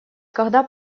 когда